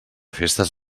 festes